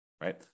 right